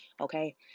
okay